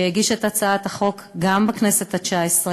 שהגיש את הצעת החוק גם בכנסת התשע-עשרה